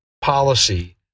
policy